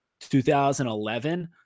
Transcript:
2011